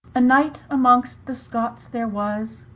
a knight amongst the scotts there was,